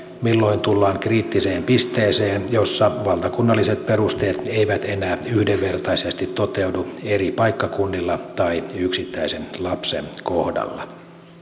milloin tullaan kriittiseen pisteeseen jossa valtakunnalliset perusteet eivät enää yhdenvertaisesti toteudu eri paikkakunnilla tai yksittäisen lapsen kohdalla